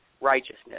righteousness